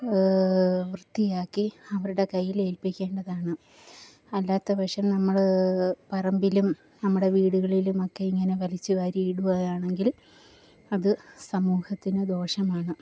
വൃത്തിയാക്കി അവരുടെ കയ്യിൽ ഏല്പിക്കേണ്ടതാണ് അല്ലാത്തപക്ഷം നമ്മൾ പറമ്പിലും നമ്മുടെ വീടുകളിലും ഒക്കെ ഇങ്ങനെ വലിച്ചു വാരി ഇടുകയാണെങ്കിൽ അത് സമൂഹത്തിന് ദോഷമാണ്